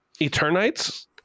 Eternites